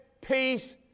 peace